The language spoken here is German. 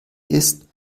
ist